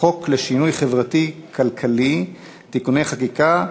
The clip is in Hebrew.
חוק לשינוי חברתי-כלכלי (תיקוני חקיקה)